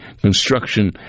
Construction